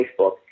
Facebook